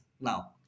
now